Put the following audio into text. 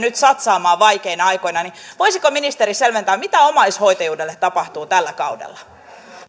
satsaamaan nyt vaikeina aikoina voisiko ministeri selventää mitä omaishoitajuudelle tapahtuu tällä kaudella